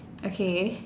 okay